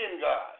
God